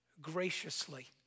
graciously